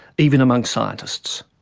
even amongst scientists.